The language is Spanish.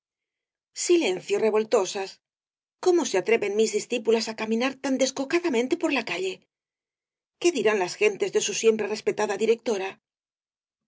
silencio revoltosas cómo se atreven misdiscípulasá caminar tan descocadamente por la calle qué dirán las gentes de su siempre respetada directora